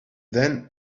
then